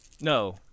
No